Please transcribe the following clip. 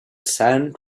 sand